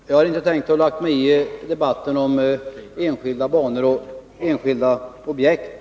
Herr talman! Jag hade inte tänkt lägga mig i debatten om enskilda banor och enskilda objekt.